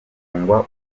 gufungwa